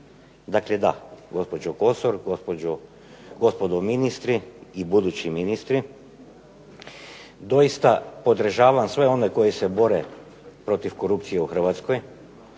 Dakle da, gospođo Kosor, gospodo ministri i budući ministri. Doista podržavam sve one koji se bore protiv korupcije u Hrvatskoj